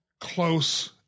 close